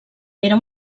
era